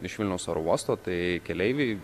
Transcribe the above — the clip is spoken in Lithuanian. iš vilniaus oro uosto tai keleiviai